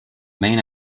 main